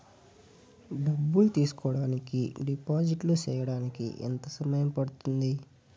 డబ్బులు తీసుకోడానికి డిపాజిట్లు సేయడానికి ఎంత సమయం పడ్తుంది